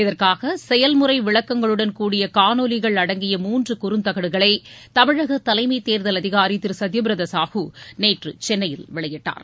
இதற்காக செயல்முறை விளக்கங்களுடன் கூடிய காணொலிகள் அடங்கிய மூன்று குறுந்தகடுகளை தமிழக தலைமைத் தேர்தல் அதிகாரி திரு சத்திய பிரதா சாஹூ நேற்று சென்னையில் வெளியிட்டார்